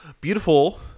beautiful